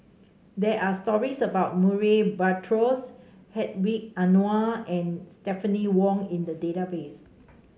there are stories about Murray Buttrose Hedwig Anuar and Stephanie Wong in the database